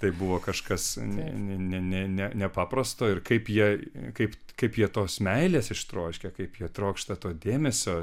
tai buvo kažkas ne ne ne ne ne nepaprasto ir kaip jie kaip kaip jie tos meilės ištroškę kaip jie trokšta to dėmesio